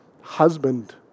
husband